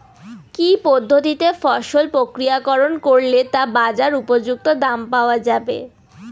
কি পদ্ধতিতে ফসল প্রক্রিয়াকরণ করলে তা বাজার উপযুক্ত দাম পাওয়া যাবে?